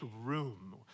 room